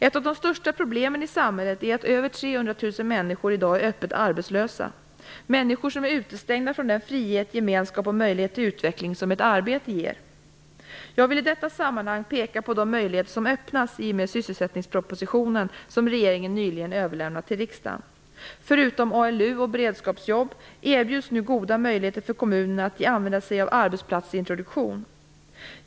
Ett av de största problemen i samhället är att över 300 000 människor i dag är öppet arbetslösa. Människor som är utestängda från den frihet, gemenskap och möjlighet till utveckling som ett arbete ger. Jag vill i detta sammanhang peka på de möjligheter som öppnats i och med sysselsättningspropositionen som regeringen nyligen överlämnat till riksdagen. Förutom ALU och beredskapsjobb erbjuds nu goda möjligheter för kommunerna att använda sig av arbetsplatsintroduktion.